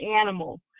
animal